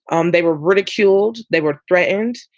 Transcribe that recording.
um they were ridiculed. they were threatened.